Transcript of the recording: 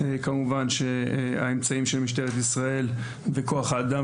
כמובן שהאמצעים של משטרת ישראל וכוח האדם